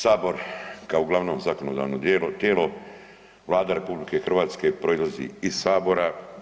Sabor kao glavno zakonodavno tijelo Vlada RH proizlazi iz sabora.